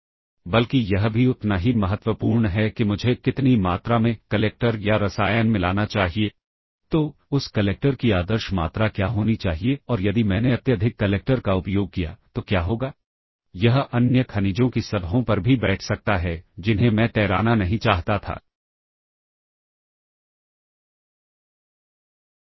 इसलिए यह सुनिश्चित करना उपयोगकर्ता की जिम्मेदारी है कि स्टैक पॉइंटर एक वैध मेमोरी एड्रेस की ओर इशारा कर रहा हो जहां से जिसका उपयोग किसी अन्य उद्देश्य के लिए नहीं किया जाता है और रिटर्न एड्रेस वास्तव में उस एड्रेस पर सहेजा जा सकता है और बाद में पुनः प्राप्त किया जा सकता है